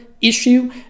issue